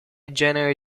genere